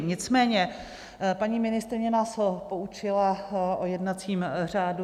Nicméně paní ministryně nás poučila o jednacím řádu.